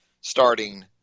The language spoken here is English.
starting